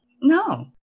No